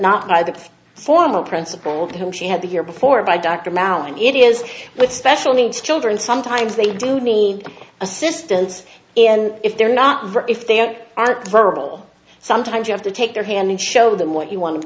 not by the former principal of whom she had the year before by dr mallin it is with special needs children sometimes they do need assistance and if they're not if they are at verbal sometimes you have to take their hand and show them what you wanted